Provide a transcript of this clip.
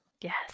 yes